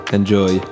Enjoy